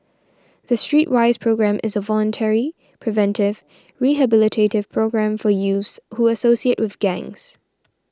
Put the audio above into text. the Streetwise Programme is a voluntary preventive rehabilitative programme for youths who associate with gangs